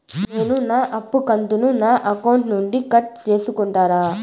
నేను అప్పు కంతును నా అకౌంట్ నుండి కట్ సేసుకుంటారా?